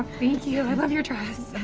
thank you. i love your dress.